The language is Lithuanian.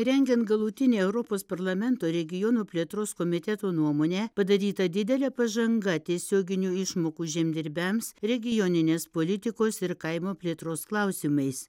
rengiant galutinę europos parlamento regionų plėtros komiteto nuomonę padaryta didelė pažanga tiesioginių išmokų žemdirbiams regioninės politikos ir kaimo plėtros klausimais